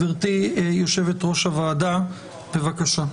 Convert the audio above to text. גברתי יושבת-ראש הוועדה, בבקשה.